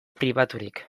pribaturik